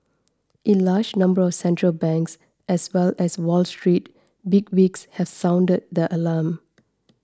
it large number of central banks as well as Wall Street bigwigs have sounded the alarm